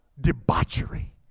debauchery